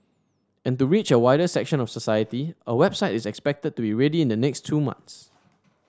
and to reach a wider section of society a website is expected to be ready in the next two months